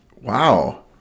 Wow